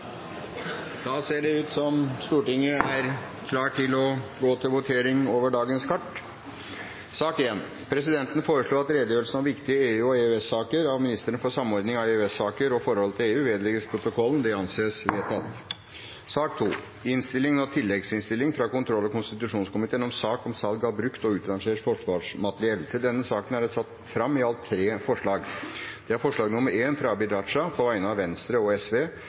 Da er Stortinget klar til å gå til votering. Presidenten foreslår at redegjørelsen om viktige EU- og EØS-saker av ministeren for samordning av EØS-saker og forholdet til EU vedlegges protokollen. – Det anses vedtatt. Under debatten er det satt fram i alt tre forslag. Det er forslag nr. 1, fra Abid Q. Raja på vegne av Venstre og